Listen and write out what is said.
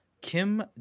kim